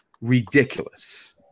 ridiculous